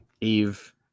Eve